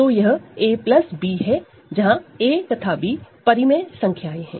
तो यह a b है जहां a तथा b रेशनल नंबर हैं